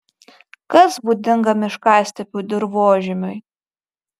kas būdinga miškastepių dirvožemiui